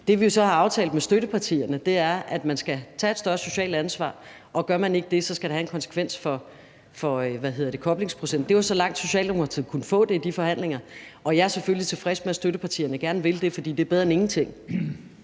Det, vi jo så har aftalt med støttepartierne, er, at man skal tage et større socialt ansvar, og gør man ikke det, skal det have en konsekvens for koblingsprocenten. Det var så langt, Socialdemokratiet kunne drive det i de forhandlinger, og jeg er selvfølgelig tilfreds med, at støttepartierne gerne vil det, for det er bedre end ingenting.